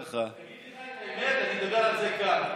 אגיד לך את האמת, אני אדבר על זה כאן.